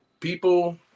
people